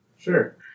Sure